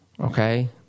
okay